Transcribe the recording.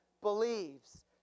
believes